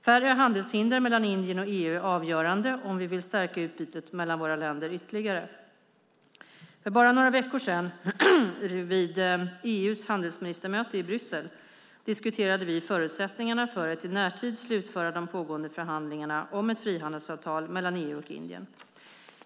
Färre handelshinder mellan Indien och EU är avgörande om vi vill stärka utbytet mellan våra länder ytterligare. För bara några veckor sedan vid EU:s handelsministermöte i Bryssel diskuterade vi förutsättningarna för att i närtid slutföra de pågående förhandlingarna om ett frihandelsavtal mellan EU och Indien.